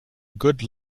good